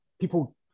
people